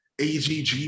AGG